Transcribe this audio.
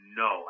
no